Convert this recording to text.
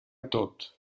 tot